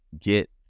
get